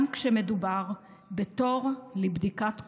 גם כשמדובר בתור לבדיקת קורונה.